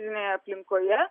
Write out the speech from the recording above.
ne aplinkoje